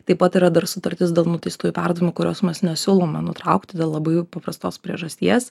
taip pat yra dar sutartis dėl nuteistųjų perdavimo kurios mes nesiūlome nutraukti dėl labai paprastos priežasties